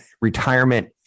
retirement